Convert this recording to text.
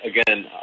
again